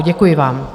Děkuji vám.